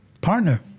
partner